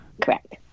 Correct